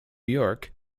york